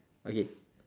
okay